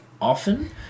often